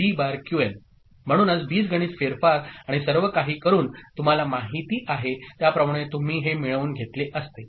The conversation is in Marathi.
Qn म्हणूनच बीजगणित फेरफार आणि सर्व काही करून तुम्हाला माहिती आहे त्याप्रमाणे तुम्ही हे मिळवून घेतले असते